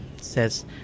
says